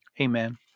Amen